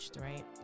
Right